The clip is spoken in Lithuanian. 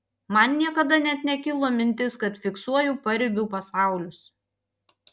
man niekada net nekilo mintis kad fiksuoju paribių pasaulius